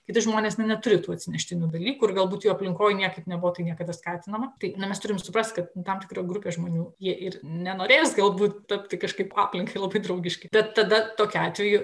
kiti žmonės na neturi tų atsineštinių dalykų ir galbūt jų aplinkoj niekaip nebuvo tai niekada skatinama tai na mes turim suprast kad tam tikra grupė žmonių jie ir nenorės galbūt tapti kažkaip aplinkai labai draugiški bet tada tokiu atveju